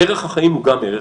ערך החיים הוא גם ערך,